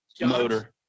motor